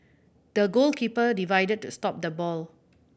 the goalkeeper to stop the ball